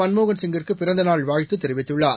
மன்மோகன் சிங்கிற்கு பிறந்தநாள் வாழ்த்து தெரிவித்துள்ளார்